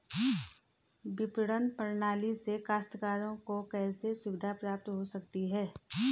विपणन प्रणाली से काश्तकारों को कैसे सुविधा प्राप्त हो सकती है?